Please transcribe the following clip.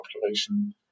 population